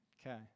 Okay